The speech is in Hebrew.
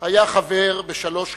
היה חבר בשלוש כנסות: